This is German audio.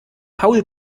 paul